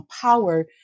power